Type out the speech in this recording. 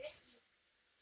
that is